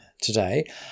today